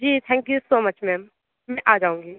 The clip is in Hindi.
ji thank you so much ma'am मैं आ जाऊँगी